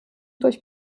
durch